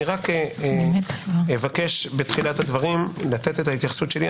אני רק אבקש בתחילת הדברים לתת את ההתייחסות שלי.